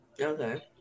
okay